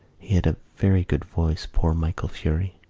he had a very good voice, poor michael furey.